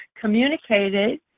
communicated